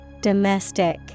Domestic